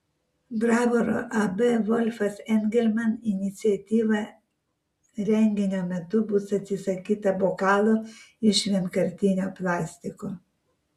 bravoro ab volfas engelman iniciatyva renginio metu bus atsisakyta bokalų iš vienkartinio plastiko